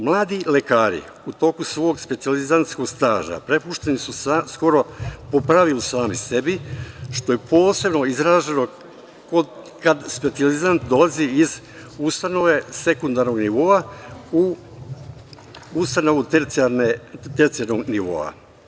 Mladi lekari u toku svog specijalizantskog staža prepušteni su skoro po pravilu sami sebi, što je posebno izraženo kad specijalizant dolazi iz ustanove sekundarnog nivoa u ustanovu tercijalnog nivoa.